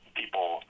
people